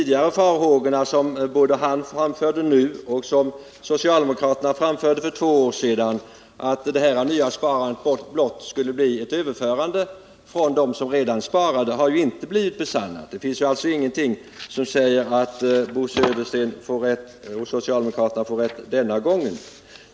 De farhågor som han framförde nu och som socialdemokraterna framförde redan för två år sedan — att det här nya sparandet blott skulle bli ett överförande från dem som redan sparade -— har ju inte blivit besannade. Det finns alltså ingenting som säger att Bo Södersten och socialdemokraterna får rätt denna gång.